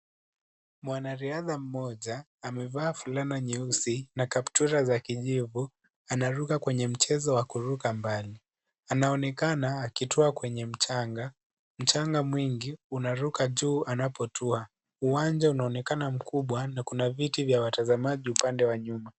Mwanariadha mmoja, amevaa fulana nyeusi na kaptura za kijivu. Anaruka kwenye mchezo wa kuruka mbali. Anaoneka akitua kwenye mchanga. Mchanga mwingi unaruka juu anapotua. Uwanja unaonekana mkubwa na kuna viti vya watazamaji upande wa nyuma.